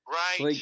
right